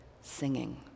singing